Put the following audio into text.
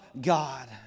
god